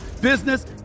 business